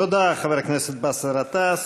תודה, חבר הכנסת באסל גטאס.